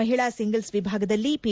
ಮಹಿಳಾ ಸಿಂಗಲ್ಲ್ ವಿಭಾಗದಲ್ಲಿ ಪಿ